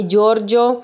Giorgio